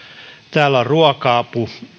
täällä on ruoka